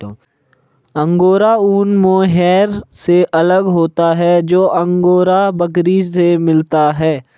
angora ऊन mohair से अलग होता है जो अंगोरा बकरी से मिलता है